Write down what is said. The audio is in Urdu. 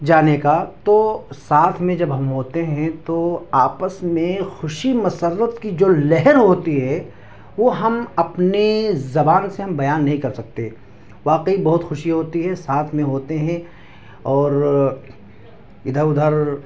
جانے کا تو ساتھ میں جب ہم ہوتے ہیں تو آپس میں خوشی مسرت کی جو لہر ہوتی ہے وہ ہم اپنی زبان سے ہم بیان نہیں کر سکتے واقعی بہت خوشی ہوتی ہے ساتھ میں ہوتے ہیں اور ادھر ادھر